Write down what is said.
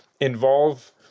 involve